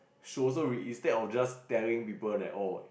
she wasn't instead of just telling people that oh